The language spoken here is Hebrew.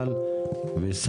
וברכה.